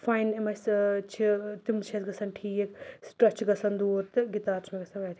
fine یِم اَسہِ چھِ تِم چھِ اَسہِ گژھان ٹھیٖک سٕٹرٛس چھِ گژھان دوٗر تہٕ گِتار چھُ مےٚ گژھان واریاہ